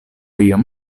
iom